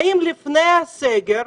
האם לפני הסגר,